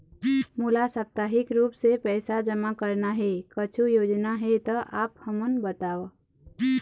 मोला साप्ताहिक रूप से पैसा जमा करना हे, कुछू योजना हे त आप हमन बताव?